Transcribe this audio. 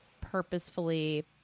purposefully